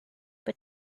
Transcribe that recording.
but